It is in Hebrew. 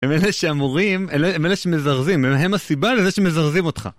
הם אלה שהמורים, הם אלה שמזרזים, הם הסיבה לזה שמזרזים אותך.